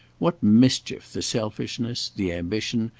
what mischief the selfishness, the ambition,